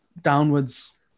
downwards